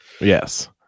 Yes